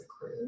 crew